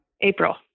April